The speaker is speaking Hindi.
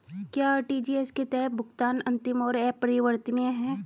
क्या आर.टी.जी.एस के तहत भुगतान अंतिम और अपरिवर्तनीय है?